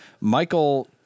Michael